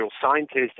scientist